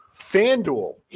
FanDuel